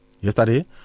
Yesterday